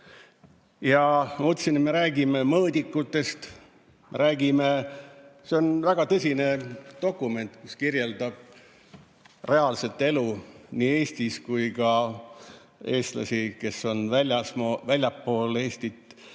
Ma mõtlesin, et me räägime mõõdikutest. See on väga tõsine dokument, mis kirjeldab nii reaalset elu Eestis kui ka eestlasi, kes on väljaspool Eestit.